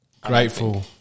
Grateful